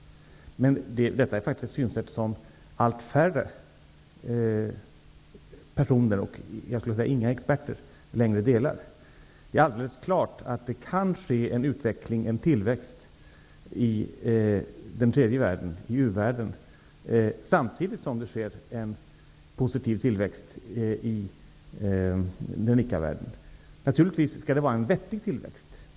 Detta synsätt delas av allt färre personer och knappast av några experter. Det är alldeles klart att det kan ske en utveckling, en tillväxt i den tredje världen, samtidigt som det sker en positiv tillväxt i den rika världen. Det skall naturligtvis vara en vettig tillväxt.